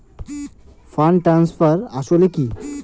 Fund transfer আসলে কী?